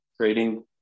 trading